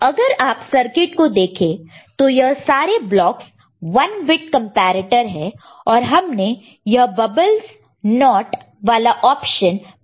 अगर आप सर्किट को देखें तो यह सारे ब्लॉकस 1 बिट कंपैरेटर है और हमने यह बबलस नॉट् वाला ऑप्शन पहले इस्तेमाल किया है